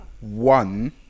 one